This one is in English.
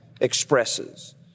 expresses